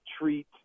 treat